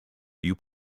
you